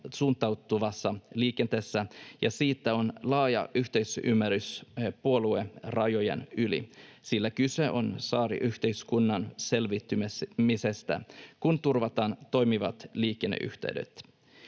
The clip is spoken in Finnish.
suuntautuvassa liikenteessä, ja siitä on laaja yhteisymmärrys puoluerajojen yli, sillä kyse on saariyhteiskunnan selviytymisestä, kun turvataan toimivat liikenneyhteydet.